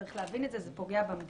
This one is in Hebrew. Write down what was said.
צריך להבין את זה, זה פוגע במדינה.